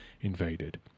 invaded